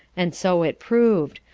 and so it prov'd,